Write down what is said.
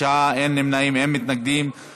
שינוי התעריף למוצרי מזון),